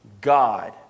God